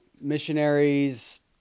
missionaries